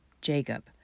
Jacob